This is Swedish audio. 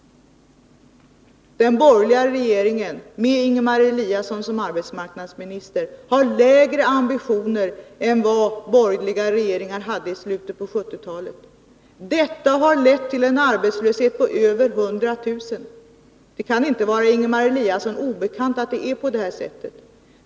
Den borgerliga regeringen med Ingemar Eliasson som arbetsmarknadsminister har lägre ambitioner än vad borgerliga regeringar hade i slutet på 1970-talet. Detta har lett till en arbetslöshet på över 100 000. Det kan inte vara Ingemar Eliasson obekant att det är på det sättet.